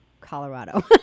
Colorado